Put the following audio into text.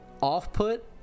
off-put